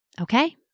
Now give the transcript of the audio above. Okay